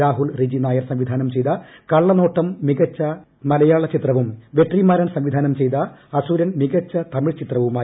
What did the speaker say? രാഹുൽ റിജിനായർ സംവിധാനം ചെയ്ത കളളനോട്ടം മികച്ച മലയാള ചിത്രവും വെട്രിമാരൻ സംവിധാനം ചെയ്ത അസുരൻ മികച്ച തമിഴ്ചിത്രവുമായി